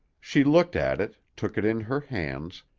she looked at it, took it in her hands,